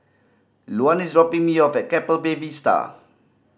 Luann is dropping me off at Keppel Bay Vista